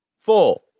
Four